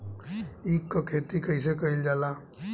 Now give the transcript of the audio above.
ईख क खेती कइसे कइल जाला?